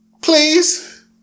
please